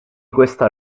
questa